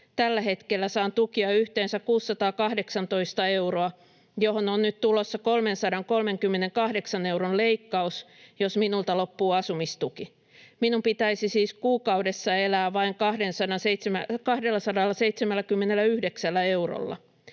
Tällä hetkellä saan tukia yhteensä 618 euroa, johon on nyt tulossa 338 euron leik-kaus, jos minulta loppuu asumistuki. Minun pitäisi siis kuukaudessa elää vain 279 eurolla.